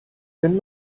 wenn